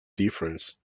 difference